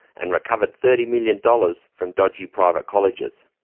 and recovered thirty million dollars from dodgy private colleges.